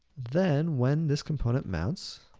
then when this component mounts,